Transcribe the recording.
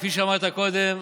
כפי שאמרת קודם,